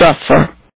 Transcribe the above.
suffer